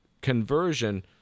conversion